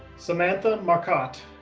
samantha marcotte,